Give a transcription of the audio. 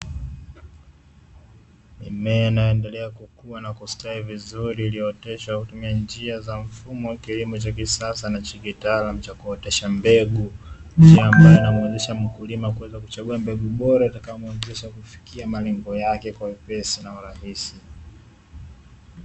Mimea inayoendelea kukua na kustawi vizuri iliyooteshwa kwa njia za mfumo wa kilimo cha kisasa na kitaalam cha kuotesha mbegu, njia mbayo inamuezesha mkulima kuchagua mbegu bora itakayomuezesha kufikia malengo yake kwa wepesi na urahisi.